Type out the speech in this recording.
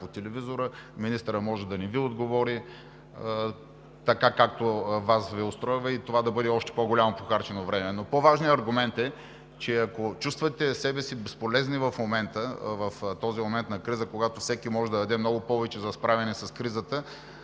по телевизора, министърът може да не Ви отговори така, както Ви устройва и това да бъде още по-голямо похарчено време. По-важният аргумент е, че ако чувствате себе си безполезни в този момент на криза, когато всеки може да даде много повече за справяне с кризата,